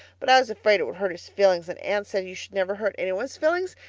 but i was afraid it would hurt his feelings, and anne says you should never hurt anyone's feelings.